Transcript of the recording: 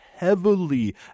heavily